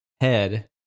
head